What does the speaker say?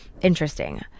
interesting